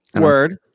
word